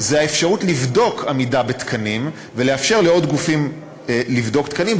האפשרות לבדוק עמידה בתקנים ולאפשר לעוד גופים לבדוק תקנים,